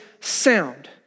sound